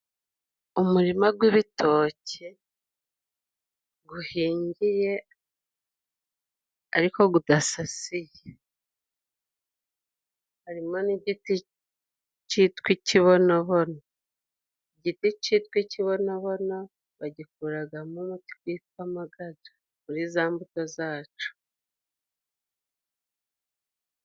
Umurima gw'ibitoke guhingiye ariko gudasasiye harimo n'igiti cyitwa ikibonobono. Igiti cyitwa ikibonobono bagikuragamo amuti gwitwa magadu kuri za mbuto zaco.